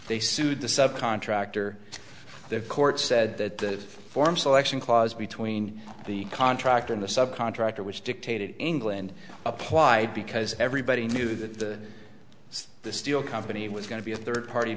they sued the subcontractor the court said that the form selection clause between the contract and the sub contractor was dictated england applied because everybody knew that the the steel company going to be a third party